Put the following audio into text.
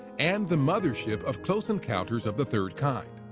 and the mother ship of close encounters of the third kind.